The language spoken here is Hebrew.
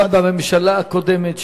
גם בממשלה הקודמת,